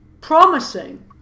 promising